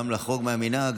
גם לחרוג מהמנהג,